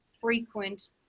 frequent